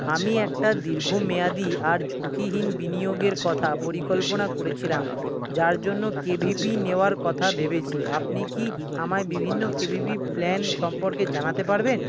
আমি একটা দীর্ঘমেয়াদী আর ঝুঁকিহীন বিনিয়োগের কথা পরিকল্পনা করেছিলাম যার জন্য কে ভি পি নেওয়ার কথা ভেবেছি আপনি কি আমায় বিভিন্ন কে ভি পি প্ল্যান সম্পর্কে জানাতে পারবেন